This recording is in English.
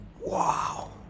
wow